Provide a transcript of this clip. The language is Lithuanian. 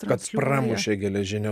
kad pramušė geležinę